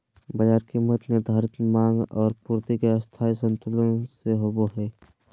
बाजार कीमत निर्धारण माँग और पूर्ति के स्थायी संतुलन से होबो हइ